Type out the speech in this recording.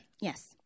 Yes